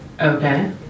Okay